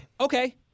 Okay